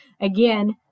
Again